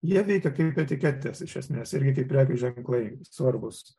jie veikia kaip etiketės iš esmės irgi kaip prekių ženklai svarbūs